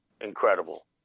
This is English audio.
incredible